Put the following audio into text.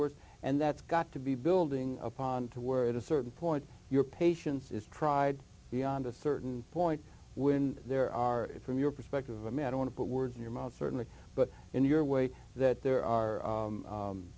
worse and that's got to be building upon to worry at a certain point your patience is tried beyond a certain point when there are from your perspective a man i want to put words in your mouth certainly but in your way that there are